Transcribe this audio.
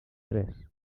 tres